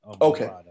Okay